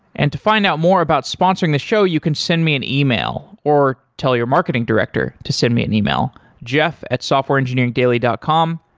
and to find out more about sponsoring the show, you can send me an ah e-mail or tell your marketing director to send me an e-mail jeff at softwareengineeringdaily dot com.